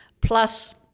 plus